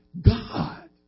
God